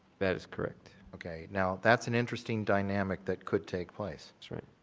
that is correct. okay, now, that's an interesting dynamic that could take place. that's right.